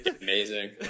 Amazing